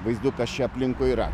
vaizdukas čia kas čia aplinkui yra